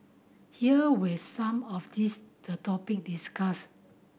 here were some of this the topic discussed